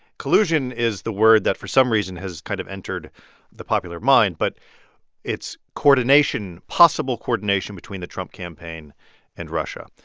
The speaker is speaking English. collusion is the word that for some reason has kind of entered the popular mind, but it's coordination possible coordination between the trump campaign and russia.